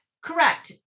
Correct